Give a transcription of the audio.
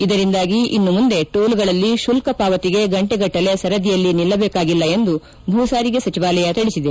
ಇದರಿಂದಾಗಿ ಇನ್ನು ಮುಂದೆ ಟೋಲ್ಗಳಲ್ಲಿ ಕುಲ್ಕ ಪಾವತಿಗೆ ಗಂಟೆಗಟ್ಟಲೆ ಸರದಿಯಲ್ಲಿ ನಿಲ್ಲಜೇಕಾಗಿಲ್ಲ ಎಂದು ಭೂಸಾರಿಗೆ ಸಚಿವಾಲಯ ತಿಳಿಸಿದೆ